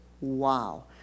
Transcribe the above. wow